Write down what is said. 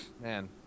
Man